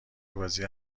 بازی